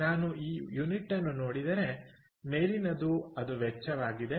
ನಾನು ಈ ಯೂನಿಟ್ಅನ್ನು ನೋಡಿದರೆ ಮೇಲಿನದು ಇದರ ವೆಚ್ಚವಾಗಿದೆ